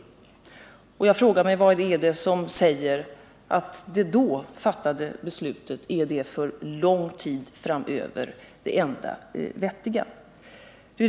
Här måste jag fråga mig: Vad är det som säger att det då fattade beslutet för lång tid framöver är det enda vettiga?